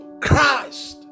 Christ